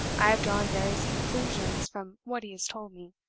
i have drawn various conclusions from what he has told me,